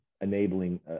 enabling